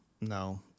no